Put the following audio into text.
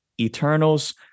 Eternals